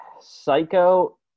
Psycho